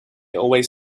always